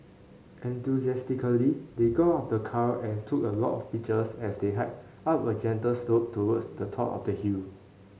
enthusiastically they got out of the car and took a lot of pictures as they hiked up a gentle slope towards the top of the hill